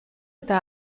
eta